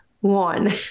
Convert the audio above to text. one